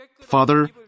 Father